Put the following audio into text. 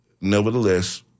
nevertheless